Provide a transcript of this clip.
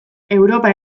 europa